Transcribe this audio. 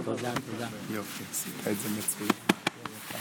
איזו נחת יש לכם.